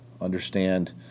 understand